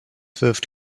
wirft